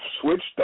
switched